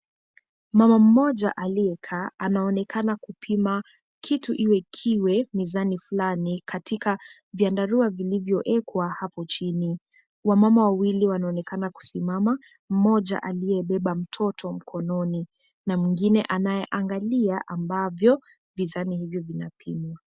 Mama mmoja aliyekaa anaonekana kupima kitu ili kiwe mizani fulani katika viandarua vilivyoekwa hapo chini. Wamama wawili wanaonekana kusimama, mmoja aliyebeba mtoto mkononi na mwingine anayeangalia ambavyo vizani hivyo vinapimwa.